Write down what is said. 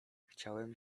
chciałem